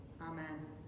Amen